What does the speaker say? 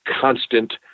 constant